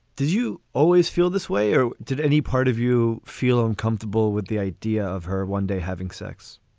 did you always feel this way or did any part of you feel uncomfortable with the idea of her one day having sex?